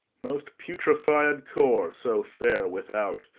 most putrified core so fair without,